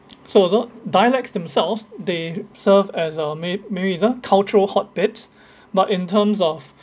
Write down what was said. so also dialects themselves they serve as a may~ maybe it's a cultural hotbed but in terms of